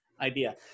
Idea